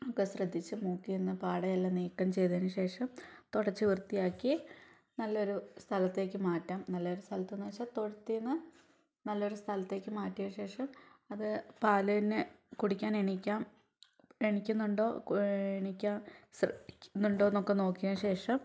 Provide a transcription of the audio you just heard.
ഒക്കെ ശ്രദ്ധിച്ച് മൂക്കിൽ നിന്ന് പടയെല്ലാം നീക്കം ചെയ്തതിന് ശേഷം തുടച്ച് വൃത്തിയാക്കി നല്ല ഒരു സ്ഥലത്തേക്ക് മാറ്റാം നല്ല ഒരു സ്ഥലത്ത്ന്നുവച്ചാൽ തൊഴുത്തിന്ന് നല്ലൊരു സ്ഥലത്തേക്ക് മാറ്റിയ ശേഷം അത് പാലിന് കുടിക്കാൻ എണീക്കാം എണീക്കുന്നുണ്ടോ എണീക്കാൻ ശ്രമിക്കുന്നുണ്ടോ എന്നൊക്കെ നോക്കിയതിനു ശേഷം